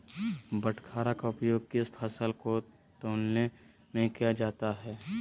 बाटखरा का उपयोग किस फसल को तौलने में किया जाता है?